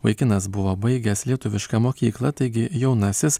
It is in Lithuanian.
vaikinas buvo baigęs lietuvišką mokyklą taigi jaunasis